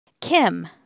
Kim